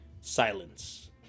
Silence